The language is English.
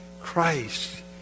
Christ